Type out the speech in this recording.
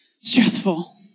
stressful